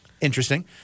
interesting